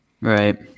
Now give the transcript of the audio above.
Right